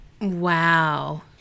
Wow